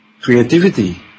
creativity